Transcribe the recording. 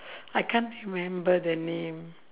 I can't remember the name